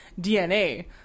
DNA